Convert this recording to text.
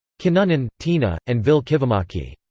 kinnunen, tiina, and ville kivimaki.